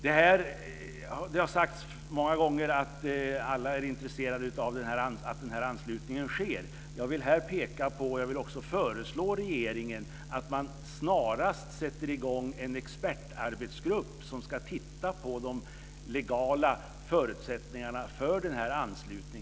Det har sagts många gånger att alla är intresserade av att denna anslutning sker. Jag vill här peka på vikten av, och jag vill också föreslå regeringen, att man snarast sätter i gång en expertarbetsgrupp som ska titta på de legala förutsättningarna för denna anslutning.